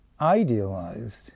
idealized